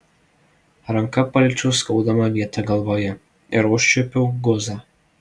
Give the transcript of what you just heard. ranka paliečiau skaudamą vietą galvoje ir užčiuopiau guzą